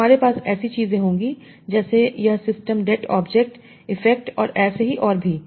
तो हमारे पास ऐसी चीजें होंगी जैसे यह सिस्टम det ऑब्जेक्ट इफेक्ट और ऐसे ही और भी